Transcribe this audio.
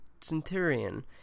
centurion